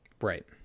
right